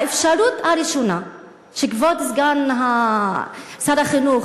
האפשרות הראשונה שכבוד סגן שר החינוך